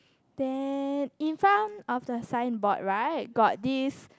then in front of the signboard right got this